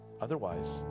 Otherwise